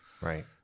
Right